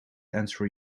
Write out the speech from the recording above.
answer